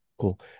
Cool